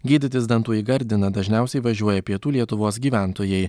gydytis dantų į gardiną dažniausiai važiuoja pietų lietuvos gyventojai